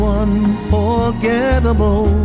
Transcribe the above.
unforgettable